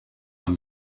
are